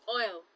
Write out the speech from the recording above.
oil